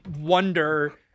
wonder